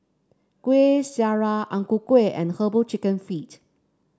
Kueh Syara Ang Ku Kueh and herbal chicken feet